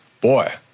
boy